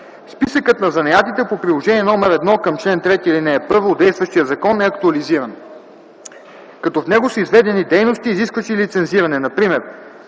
Списъкът на занаятите по приложение № 1 към чл. 3, ал. 1 от действащия закон е актуализиран, като от него са извадени дейности, изискващи лицензиране – например